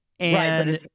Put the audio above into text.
Right